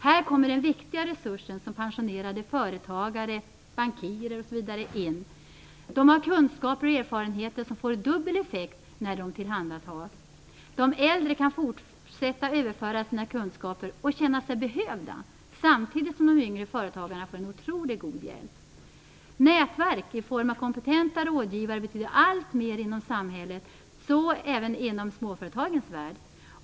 Här kommer den viktiga resursen in, som pensionerade företagare, bankirer osv. De har kunskaper och erfarenheter som får dubbel effekt när de tillvaratas. De äldre kan fortsätta att överföra sina kunskaper och känna sig behövda, samtidigt som de yngre företagarna får en otroligt god hjälp. Nätverk i form av kompetenta rådgivare betyder alltmer inom samhället, så även inom småföretagens värld.